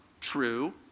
True